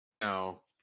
No